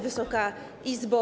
Wysoka Izbo!